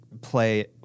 play